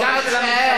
וגם של הממשלה,